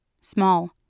small